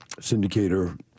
syndicator